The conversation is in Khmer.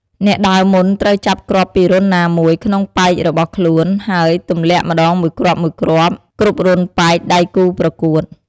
អ្នកដើរមុន ត្រូវចាប់គ្រាប់ពីរន្ធណាមួយ ក្នុងប៉ែករបស់ខ្លួន ហើយទម្លាក់ម្ដងមួយគ្រាប់ៗគ្រប់រន្ធប៉ែកដៃគូរប្រកួត។